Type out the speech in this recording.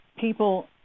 people